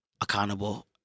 accountable